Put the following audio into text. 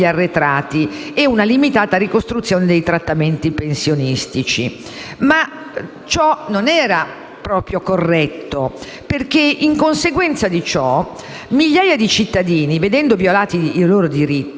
a una limitata ricostruzione dei trattamenti pensionistici. Ciò non era proprio corretto perché, in conseguenza di ciò, migliaia di cittadini, vedendo violati i loro diritti